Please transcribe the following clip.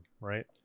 right